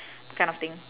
kind of thing